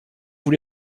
vous